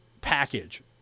package